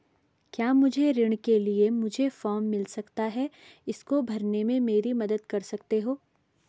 क्या मुझे ऋण के लिए मुझे फार्म मिल सकता है इसको भरने में मेरी मदद कर सकते हो?